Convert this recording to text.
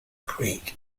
creek